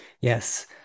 Yes